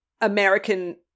american